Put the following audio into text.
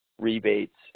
rebates